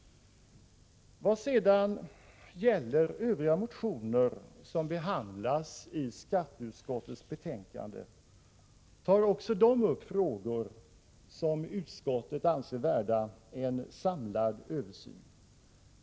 Också de övriga motioner som behandlas i skatteutskottets betänkande tar upp frågor som utskottet anser värda en samlad översyn.